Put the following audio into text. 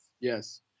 Yes